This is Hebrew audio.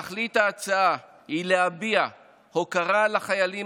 תכלית ההצעה היא להביע הוקרה לחיילים